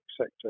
sector